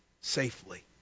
safely